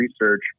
research